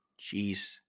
Jeez